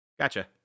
Gotcha